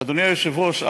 אדוני היושב-ראש,